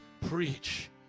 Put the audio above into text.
preach